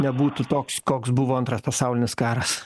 nebūtų toks koks buvo antras pasaulinis karas